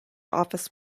office